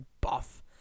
buff